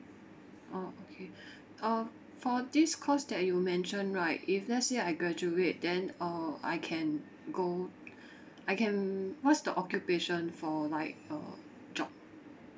orh okay uh for this course that you mention right if let's say I graduate then uh I can go I can what's the occupation for like a job